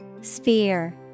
Sphere